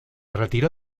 retiró